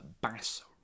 Bass